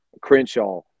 Crenshaw